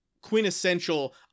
quintessential